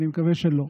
ואני מקווה שלא.